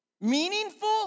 Meaningful